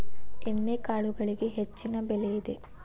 ಎಣ್ಣಿಕಾಳುಗಳಿಗೆ ಹೆಚ್ಚಿನ ಬೆಲೆ ಇದೆ